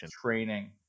training